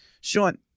Sean